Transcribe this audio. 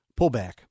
pullback